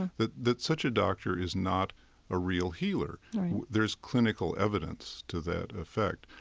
that that such a doctor is not a real healer right there is clinical evidence to that effect.